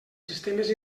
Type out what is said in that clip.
sistemes